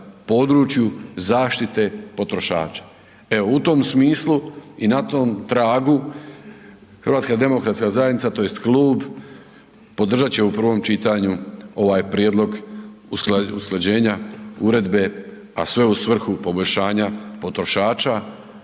području zaštite potrošača. Evo, u tom smislu i na tom tragu, HDZ tj. klub podržat će u prvom čitanju ovaj prijedlog usklađenja uredbe, a sve u svrhu poboljšanja potrošača